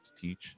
teach